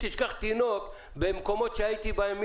אם תשכח תינוק במקומות שהייתי בהם,